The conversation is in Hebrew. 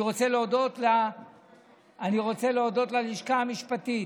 אני רוצה להודות ללשכה המשפטית,